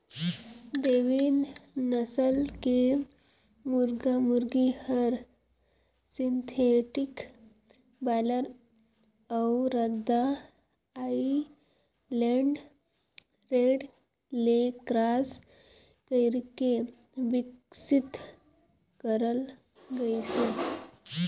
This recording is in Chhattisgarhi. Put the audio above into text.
देवेंद नसल के मुरगा मुरगी हर सिंथेटिक बायलर अउ रद्दा आइलैंड रेड ले क्रास कइरके बिकसित करल गइसे